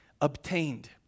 Obtained